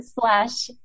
slash